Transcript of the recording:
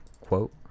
quote